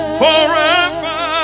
forever